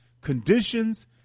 conditions